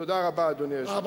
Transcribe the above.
תודה רבה, אדוני היושב-ראש.